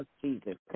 Jesus